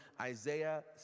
Isaiah